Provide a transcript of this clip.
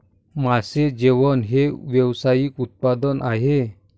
मासे जेवण हे व्यावसायिक उत्पादन आहे